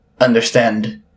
understand